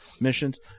missions